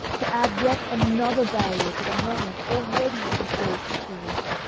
to add yet another barrier to the many already interposed between us,